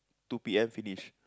two P_M finish